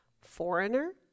foreigner